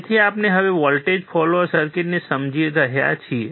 તેથી આપણે હવે વોલ્ટેજ ફોલોઅર સર્કિટને સમજી રહ્યા છીએ